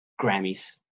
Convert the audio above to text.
Grammys